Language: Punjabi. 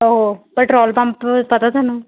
ਉਹ ਪੈਟਰੋਲ ਪੰਪ ਪਤਾ ਤੁਹਾਨੂੰ